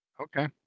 Okay